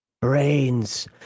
Brains